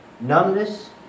Numbness